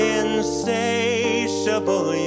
insatiable